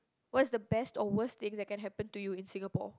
what's the best or worst thing that can happen to you in Singapore